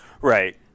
Right